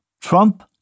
Trump